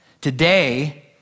Today